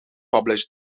published